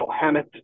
Hammett